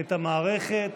את המערכת.